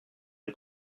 une